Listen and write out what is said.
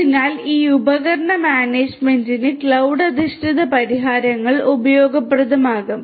അതിനാൽ ഈ ഉപകരണ മാനേജ്മെന്റിന് ക്ലൌഡ് അധിഷ്ഠിത പരിഹാരങ്ങൾ ഉപയോഗപ്രദമാകും